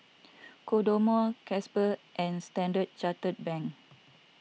Kodomo Gatsby and Standard Chartered Bank